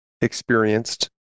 experienced